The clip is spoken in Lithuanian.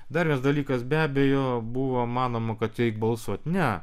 dar vienas dalykas be abejo buvo manoma kad reik balsuot ne